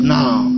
now